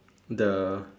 the